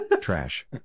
trash